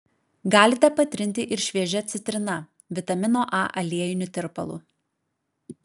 galite patrinti ir šviežia citrina vitamino a aliejiniu tirpalu